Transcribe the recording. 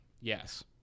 Yes